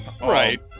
Right